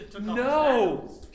No